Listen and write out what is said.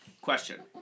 Question